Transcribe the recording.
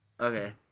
Okay